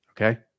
Okay